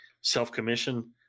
self-commission